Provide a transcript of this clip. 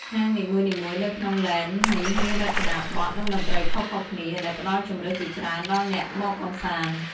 ហាងនីមួយៗនៅក្នុង ឡេន នេះមានរចនាបថ និងតន្ត្រីខុសៗគ្នា ដែលផ្ដល់ជម្រើសជាច្រើនដល់អ្នកមកកម្សាន្ត។